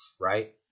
right